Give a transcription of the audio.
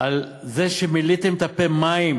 על זה שמילאתם את הפה מים